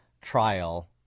trial